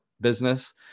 business